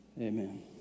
Amen